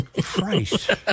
Christ